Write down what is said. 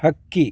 ಹಕ್ಕಿ